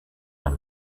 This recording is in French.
dans